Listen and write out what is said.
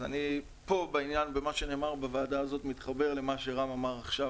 אז במה שנאמר בוועדה הזאת אני מתחבר למה שרם אמר עכשיו,